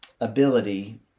ability